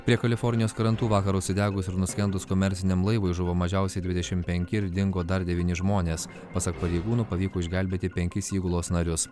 prie kalifornijos krantų vakar užsidegus ir nuskendus komerciniam laivui žuvo mažiausiai dvidešimt penki ir dingo dar devyni žmonės pasak pareigūnų pavyko išgelbėti penkis įgulos narius